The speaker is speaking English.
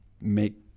Make